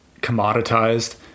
commoditized